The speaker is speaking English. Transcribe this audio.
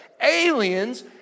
Aliens